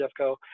Jeffco